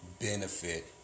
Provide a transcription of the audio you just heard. benefit